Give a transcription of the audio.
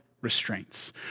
restraints